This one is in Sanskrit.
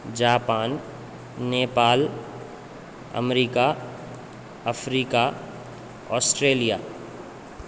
Japan Nepal America Africa Australia